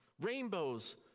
rainbows